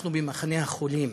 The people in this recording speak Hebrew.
אנחנו ממחנה החולים.